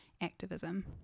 Activism